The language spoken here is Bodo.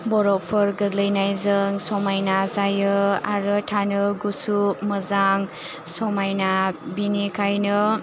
बरफफोर गोग्लैनायजों समायना जायो आरो थानो गुसु मोजां समायना बिनिखायनो